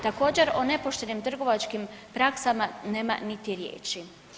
Također o nepoštenim trgovačkim praksama nema niti riječi.